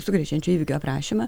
sukrečiančio įvykio aprašymą